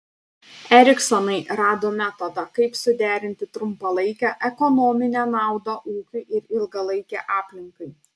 eriksonai rado metodą kaip suderinti trumpalaikę ekonominę naudą ūkiui ir ilgalaikę aplinkai